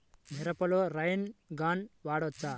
మిరపలో rain gun వాడవచ్చా?